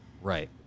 Right